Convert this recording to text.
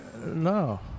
No